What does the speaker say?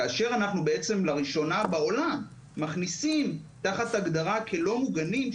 כאשר אנחנו לראשונה בעולם מכניסים תחת ההגדרה כלא מוגנים ,